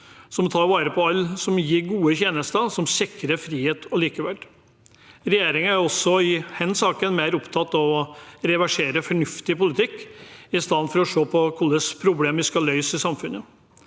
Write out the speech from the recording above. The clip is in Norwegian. som tar vare på alle, som gir gode tjenester, og som sikrer frihet og likeverd. Regjeringen er også i denne saken mer opptatt av å reversere fornuftig politikk i stedet for å se på hvilke problemer vi skal løse i samfunnet.